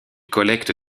collecte